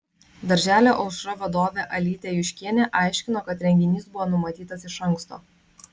darželio aušra vadovė alytė juškienė aiškino kad renginys buvo numatytas iš anksto